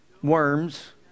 Worms